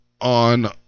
On